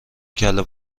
کله